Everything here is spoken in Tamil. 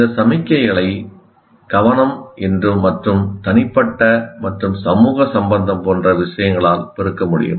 இந்த சமிக்ஞைகளை கவனம் மற்றும் தனிப்பட்ட மற்றும் சமூக சம்பந்தம் போன்ற விஷயங்களால் பெருக்க முடியும்